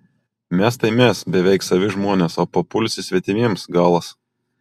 mes tai mes beveik savi žmonės o papulsi svetimiems galas